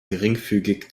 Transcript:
geringfügig